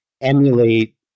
emulate